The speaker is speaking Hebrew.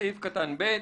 בסעיף קטן (ב),